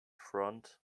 front